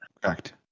Correct